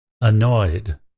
annoyed